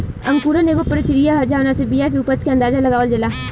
अंकुरण एगो प्रक्रिया ह जावना से बिया के उपज के अंदाज़ा लगावल जाला